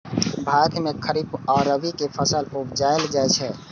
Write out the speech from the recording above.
भारत मे खरीफ आ रबी के फसल उपजाएल जाइ छै